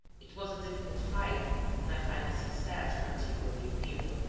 it was a difficult fight and i find my success particularly agreeable.